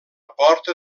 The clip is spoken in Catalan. porta